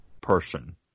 person